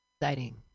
Exciting